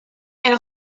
elle